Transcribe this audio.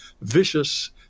vicious